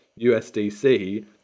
USDC